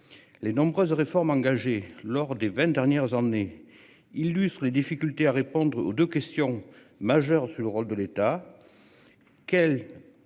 Les nombreuses réformes engagées lors des 20 dernières années illustrent les difficultés à répondre aux 2 questions majeures sur le rôle de l'État.